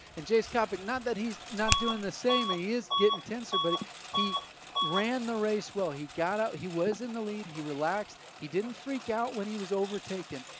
and jace coppoc, not that he's not doing the same, he he is getting tense, but he he ran the race well. he got out, he was in the lead. he relaxed. he didn't freak out when he was overtaken.